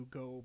go